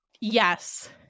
Yes